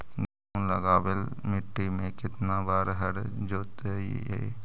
गेहूं लगावेल मट्टी में केतना बार हर जोतिइयै?